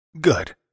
Good